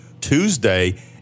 Tuesday